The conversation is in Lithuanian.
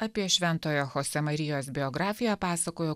apie šventojo chosė marijos biografiją pasakojo